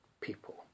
people